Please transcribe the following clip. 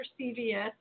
CVS